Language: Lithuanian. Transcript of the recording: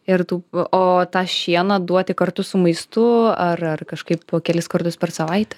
ir tų o tą šieną duoti kartu su maistu ar ar kažkaip po kelis kartus per savaitę